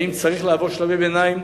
האם צריך לעבור שלבי ביניים?